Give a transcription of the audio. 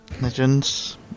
Legends